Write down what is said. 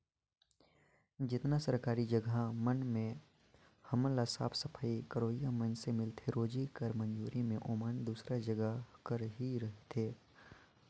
जेतना सरकारी जगहा मन में हमन ल साफ सफई करोइया मइनसे मिलथें रोजी कर मंजूरी में ओमन दूसर जगहा कर ही रहथें